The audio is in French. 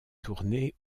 tournées